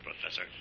Professor